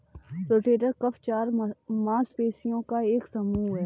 rotator cuff चार मांसपेशियों का एक समूह है